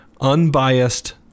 unbiased